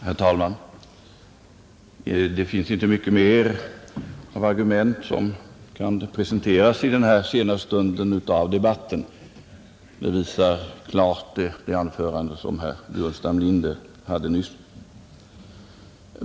Herr talman! Det finns inte mycket mer av argument som kan presenteras i det här sena skedet av debatten. Det visas klart av det anförande som herr Burenstam Linder nyss framhöll.